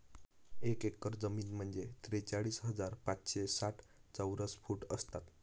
एक एकर जमीन म्हणजे त्रेचाळीस हजार पाचशे साठ चौरस फूट असतात